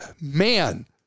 man